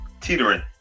teetering